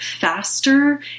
faster